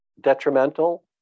detrimental